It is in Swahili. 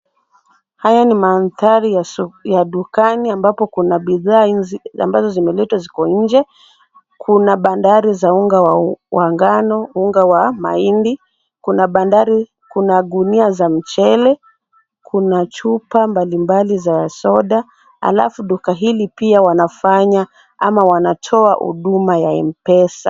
Haya ni mandhari ya dukani ambapo kuna bidhaa ambazozimeletwa ziko nje. Kuna bandari za unga wa ngano, unga wa mahindi, kuna gunia za mchele. Kuna chupa mbali mbali za soda alafu duka hili pia wanafanya ama wanatoa huduma ya M-Pesa.